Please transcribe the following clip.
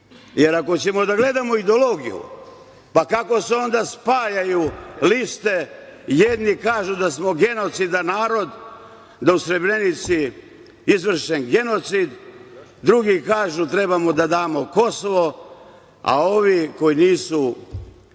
interes“.Ako ćemo da gledamo ideologiju, kako se onda spajaju liste? Jedni kažu da smo genocidan narod, da je u Srebrenici izvršen genocid, drugi kažu trebamo da damo Kosovo, a ovi koji nisu